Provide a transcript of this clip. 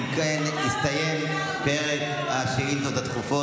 אם כן, הסתיים פרק השאילתות הדחופות.